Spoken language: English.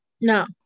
no